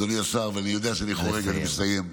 אדוני השר, ואני יודע שאני חורג, אני אסיים,